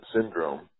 syndrome